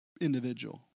individual